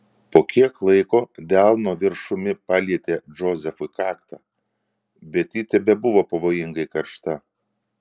po kiek laiko delno viršumi palietė džozefui kaktą bet ji tebebuvo pavojingai karšta